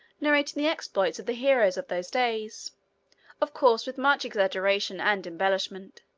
narrating the exploits of the heroes of those days of course, with much exaggeration and embellishment.